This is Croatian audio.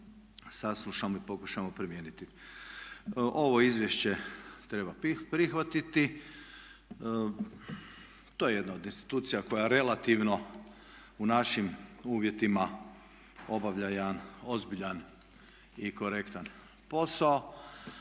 saslušamo i pokušamo primijeniti. Ovo izvješće treba prihvatiti. To je jedna od institucija koja relativno u našim uvjetima obavlja jedan ozbiljan i korektan posao.